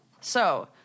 So-